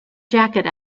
jacket